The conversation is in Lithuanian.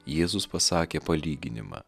jėzus pasakė palyginimą